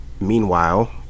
meanwhile